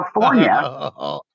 California